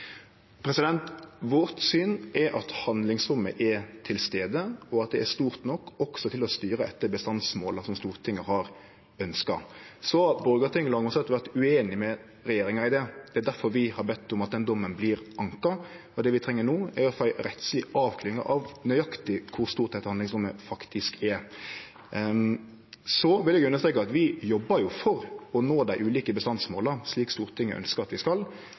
c? Vårt syn er at handlingsrommet er til stades, og at det er stort nok også til å styre etter bestandsmåla som Stortinget har ønskt. Så har Borgarting lagmannsrett vore ueinig med regjeringa i det. Det er difor vi har bedt om at den dommen vert anka. Det vi treng no, er å få ei rettsleg avklaring av nøyaktig kor stort dette handlingsrommet faktisk er. Så vil eg understreke at vi jobbar for å nå dei ulike bestandsmåla, slik Stortinget ønskjer at vi skal.